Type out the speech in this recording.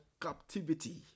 captivity